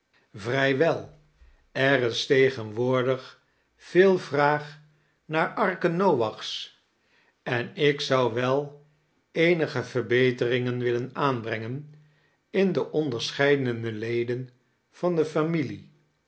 vrijwel er is tegenwoordig veel vraag naar arken noach's en ik zou wel eenige verbeteringen willen aanbrengen in de onderscheidene leden van de familie